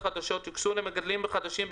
יחד עם